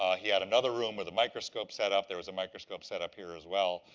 he had another room with a microscope set up. there was a microscope set up here as well.